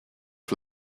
for